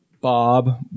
bob